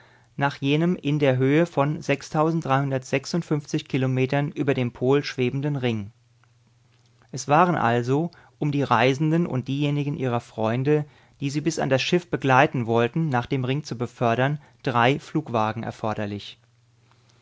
nach jenem in der höhe von kilometern über dem pol schwebenden ring es waren also um die reisenden und diejenigen ihrer freunde die sie bis an das schiff begleiten wollten nach dem ring zu befördern drei flugwagen erforderlich